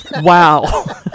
wow